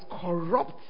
corrupt